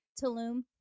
Tulum